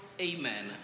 Amen